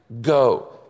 go